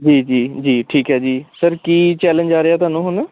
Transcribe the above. ਜੀ ਜੀ ਜੀ ਠੀਕ ਹੈ ਜੀ ਸਰ ਕੀ ਚੈਲੇਂਜ ਆ ਰਿਹਾ ਤੁਹਾਨੂੰ ਹੁਣ